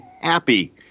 happy